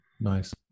Nice